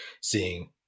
seeing –